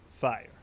Fire